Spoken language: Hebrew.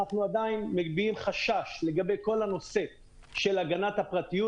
אנחנו עדיין מביעים חשש לגבי כל הנושא של הגנת הפרטיות.